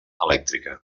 elèctrica